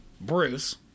Bruce